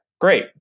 great